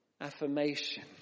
affirmation